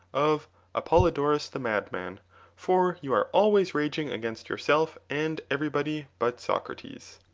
of apollodorus the madman for you are always raging against yourself and everybody but socrates.